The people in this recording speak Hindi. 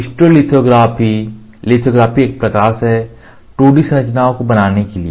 स्टेरोलिथोग्राफी लिथोग्राफी एक प्रकाश है 2D संरचनाओं को बनाने के लिए